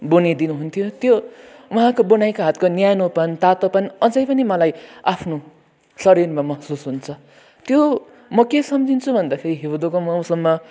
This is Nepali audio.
बुनि दिनुहुन्थ्यो त्यो उहाँको बुनाइको हातको न्यानोपन तातोपनि अझै पनि मलाई आफ्नो शरीरमा महसुस हुन्छ त्यो म के सम्झिन्छु भन्दाखेरि हिउँदको मौसममा